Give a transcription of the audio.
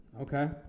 Okay